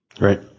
Right